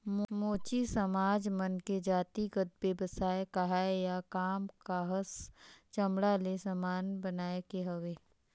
मोची समाज मन के जातिगत बेवसाय काहय या काम काहस चमड़ा ले समान बनाए के हवे